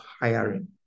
hiring